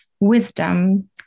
wisdom